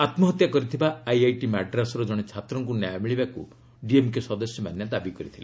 ଆତ୍କହତ୍ୟା କରିଥିବା ଆଇଆଇଟି ମାଡ୍ରାସ୍ର ଜଣେ ଛାତ୍ରକୁ ନ୍ୟାୟ ମିଳିବାକୃ ଡିଏମ୍କେ ସଦସ୍ୟମାନେ ଦାବି କରିଥିଲେ